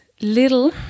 little